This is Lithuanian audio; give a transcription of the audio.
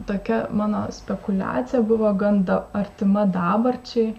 tokia mano spekuliacija buvo gan artima dabarčiai